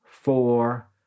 four